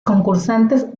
concursantes